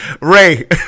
Ray